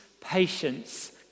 patience